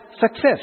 success